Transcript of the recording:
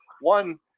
One